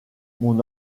mon